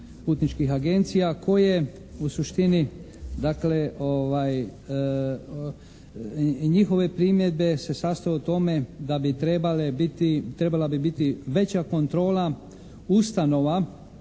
putničkih agencija koje u suštini dakle i njihove primjedbe se sastoje u tome da bi trebale biti, trebala bi biti veća kontrola ustanova,